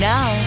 Now